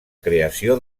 creació